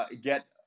get